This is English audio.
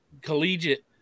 collegiate